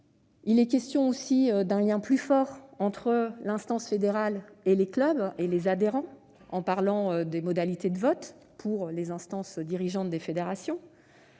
également question d'un lien plus fort entre l'instance fédérale, les clubs et les adhérents au travers des modalités de vote au sein des instances dirigeantes des fédérations.